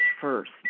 first